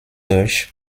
durch